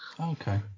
Okay